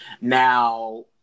now